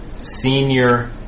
senior